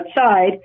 outside